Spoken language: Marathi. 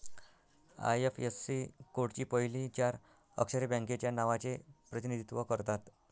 आय.एफ.एस.सी कोडची पहिली चार अक्षरे बँकेच्या नावाचे प्रतिनिधित्व करतात